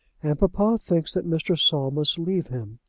and papa thinks that mr. saul must leave him,